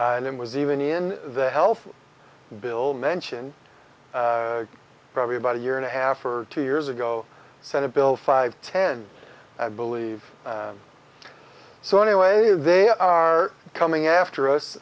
and it was even in the health bill mentioned probably about a year and a half or two years ago senate bill five ten i believe so anyway they are coming after us